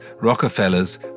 Rockefellers